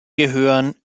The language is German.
gehören